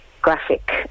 graphic